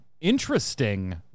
interesting